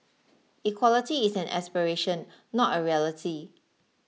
equality is an aspiration not a reality